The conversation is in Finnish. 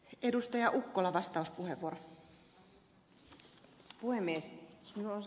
minun on kiitettävä ed